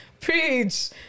Preach